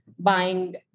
Buying